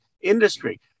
industry